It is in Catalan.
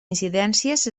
incidències